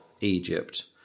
Egypt